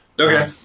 Okay